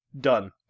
Done